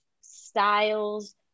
styles